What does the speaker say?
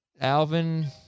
Alvin